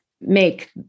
make